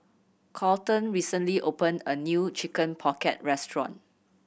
Colton recently opened a new Chicken Pocket restaurant